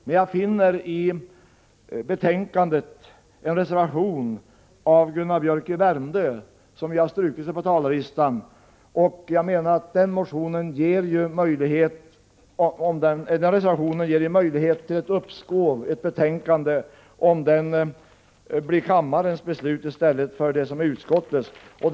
Men jag finner i betänkandet en reservation av Gunnar Biörck i Värmdö, som dock strukit sig på talarlistan. Den reservationen ger möjlighet till ett uppskov om kammaren bifaller den i stället för utskottets hemställan.